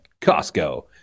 Costco